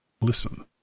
listen